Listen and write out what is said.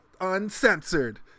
uncensored